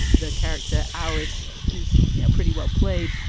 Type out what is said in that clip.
the character alice is pretty well played.